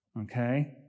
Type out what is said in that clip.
Okay